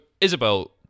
Isabel